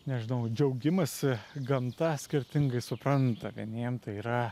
nežinau džiaugimąsi gamta skirtingai supranta vieniem tai yra